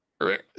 Right